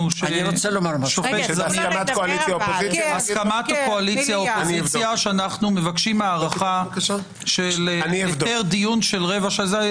הסכמת האופוזיציה קואליציה שאנו מבקשים הארכה של דיון רבע שעה.